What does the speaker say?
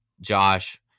Josh